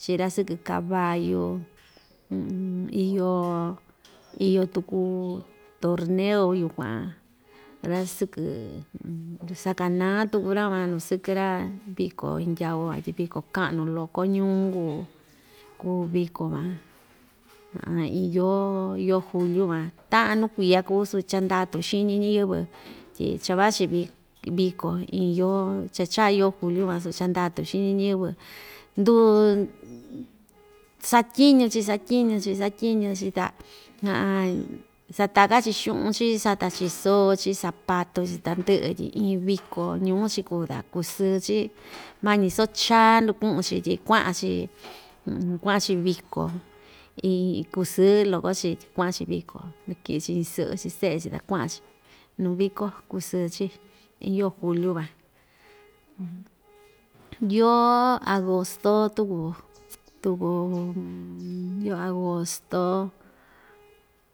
Chii‑ra sɨkɨ caballu iyo iyo tuku torneo yukuan ra‑sɨkɨ sakanaa tuku‑ra van tu sɨkɨ‑ra viko xindyau van tyi viko kaꞌnu loko ñuu kuu kuu viko van iin yoo yoo juliu van taꞌan nuu kuiya kuu-chi cha ndatu xiñi ñiyɨvɨ tyi cha vachi vik viko iin yoo cha chaa yoo juliu van so cha ndatu xiñi ñiyɨvɨ nduu satyiñu‑chi satyiñu‑chi satyi‑ñi‑chi ta sakanka‑chi xuꞌun chi sata‑chi soo‑chi sapatu‑chi tandɨꞌɨ tyi iin viko ñuu‑chi kuu tyi kusɨɨ‑chi mañi soo chaa ndukuꞌun‑chi tyi kuaꞌa‑chi kuaꞌa‑chi viko iii kusɨ‑loko‑chi tyi kuaꞌa‑chi viko nachiꞌinchi ñisɨꞌɨ‑chi seꞌe‑chi ta kuaꞌan‑chi nuu viko kusɨ‑chi iin yoo juliu van yoo agosto tuku tuku yoo agosto